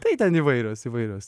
tai ten įvairios įvairios